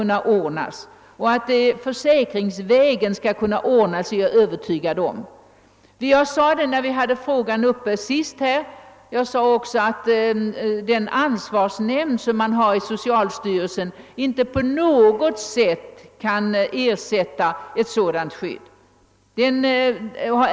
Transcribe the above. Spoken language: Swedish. Jag är övertygad om att denna fråga skall kunna lösas försäkringsvägen. När vi sist behandlade denna fråga framhöll jag också att den ansvarsnämnd, som finns inom socialstyrel sen, inte på något sätt kan ersätta ett sådant skydd.